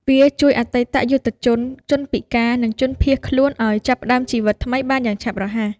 វាជួយអតីតយុទ្ធជន ជនពិការ និងជនភៀសខ្លួនឱ្យចាប់ផ្តើមជីវិតថ្មីបានយ៉ាងឆាប់រហ័ស។